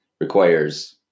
requires